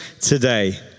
today